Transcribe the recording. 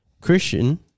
Christian